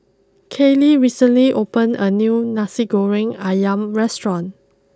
Kaylie recently opened a new Nasi Goreng Ayam restaurant